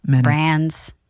brands